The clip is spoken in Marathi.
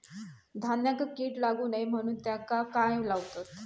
धान्यांका कीड लागू नये म्हणून त्याका काय लावतत?